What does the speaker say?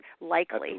likely